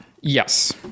Yes